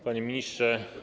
Panie Ministrze!